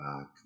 back